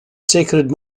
sacred